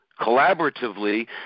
collaboratively